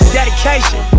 dedication